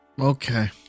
Okay